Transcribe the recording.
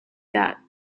that